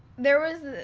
there was,